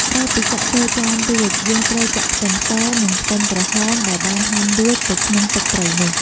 ក្រោយពីចាក់ចូលចានរួច យើងត្រូវចាក់ខ្ទឹមស និងខ្ទឹមក្រហមដែលបានហាន់រួចទៅក្នុងទឹកត្រីនោះ។